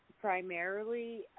primarily